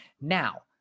Now